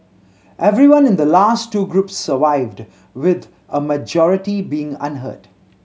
everyone in the last two groups survived with a majority being unhurt